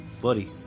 buddy